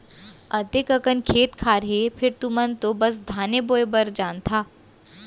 अतेक अकन खेत खार हे फेर तुमन तो बस धाने बोय भर जानथा